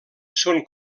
són